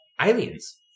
aliens